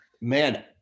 Man